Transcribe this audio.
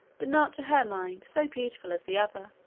but not to her mind so beautiful as the other.